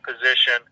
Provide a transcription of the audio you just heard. position